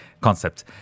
concept